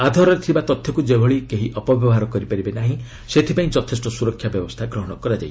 ଆଧାରରେ ଥିବା ତଥ୍ୟକୁ ଯେପରି କେହି ଅପବ୍ୟବହାର କରିପାରିବେ ନାହିଁ ସେଥିଲାଗି ଯଥେଷ୍ଟ ସୁରକ୍ଷା ବ୍ୟବସ୍ଥା ଗ୍ରହଣ କରାଯାଇଛି